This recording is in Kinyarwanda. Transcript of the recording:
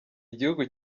igihugu